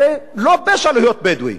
הרי לא פשע להיות בדואי,